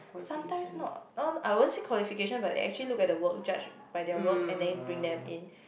sometimes not I won't see qualification but actually look at the work judged by their work and then bring them in